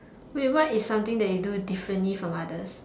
wait what is something that you do differently from others